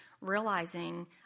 realizing